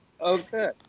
Okay